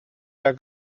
der